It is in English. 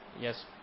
Yes